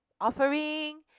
offering